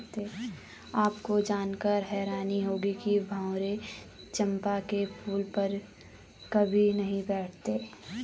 आपको जानकर हैरानी होगी कि भंवरे चंपा के फूल पर कभी नहीं बैठते